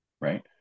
Right